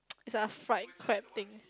is a fried crab thing